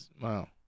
Wow